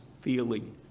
feeling